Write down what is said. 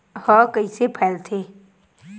ह कइसे फैलथे?